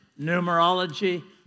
Numerology